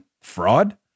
Fraud